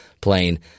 plane